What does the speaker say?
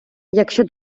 якщо